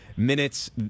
minutes